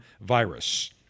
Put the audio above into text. virus